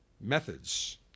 methods